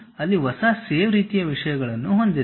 ಅಲ್ಲಿ ಹೊಸ ಸೇವ್ ರೀತಿಯ ವಿಷಯಗಳನ್ನು ಹೊಂದಿದೆ